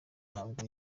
ntabwo